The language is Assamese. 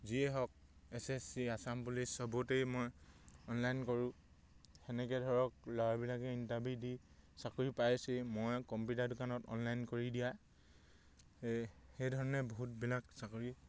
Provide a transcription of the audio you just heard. যিয়ে হওক S S C Assam police চবতেই মই অনলাইন কৰোঁ সেনেকৈ ধৰক ল'ৰাবিলাকে ইণ্টাৰভিউ দি চাকৰি পাইছেই মই কম্পিউটাৰ দোকানত অনলাইন কৰি দিয়া সেই সেইধৰণে বহুতবিলাক চাকৰি